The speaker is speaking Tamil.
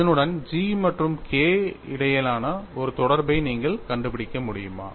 இதனுடன் G மற்றும் K இடையேயான ஒரு தொடர்பை நீங்கள் கண்டுபிடிக்க முடியுமா